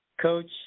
Coach